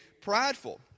prideful